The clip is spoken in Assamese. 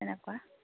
এনেকুৱা